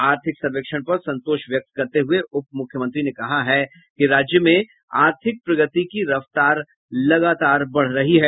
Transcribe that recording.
आर्थिक सर्वेक्षण पर संतोष व्यक्त करते हुए उपमुख्यमंत्री ने कहा है कि राज्य में आर्थिक प्रगति की रफ्तार लगातार बढ़ रही है